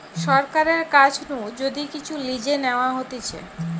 সরকারের কাছ নু যদি কিচু লিজে নেওয়া হতিছে